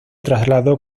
trasladó